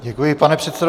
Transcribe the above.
Děkuji, pane předsedo.